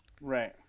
Right